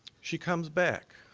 she comes back.